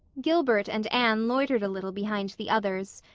gilbert and anne loitered a little behind the others,